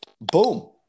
boom